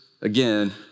again